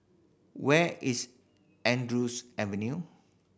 where is Andrews Avenue